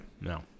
No